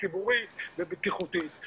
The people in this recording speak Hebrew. ציבורית ובטיחותית.